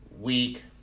week